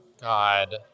God